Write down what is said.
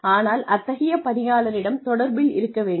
ஆனால் அத்தகைய பணியாளரிடம் தொடர்பில் இருக்க வேண்டும்